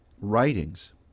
writings